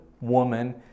woman